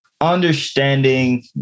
understanding